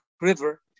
River